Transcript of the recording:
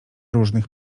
różnych